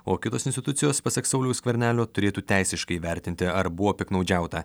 o kitos institucijos pasak sauliaus skvernelio turėtų teisiškai įvertinti ar buvo piktnaudžiauta